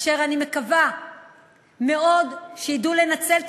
ואני מקווה מאוד שהן ידעו לנצל את